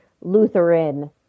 Lutheran